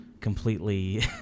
completely